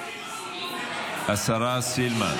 השרה סילמן.